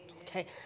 Okay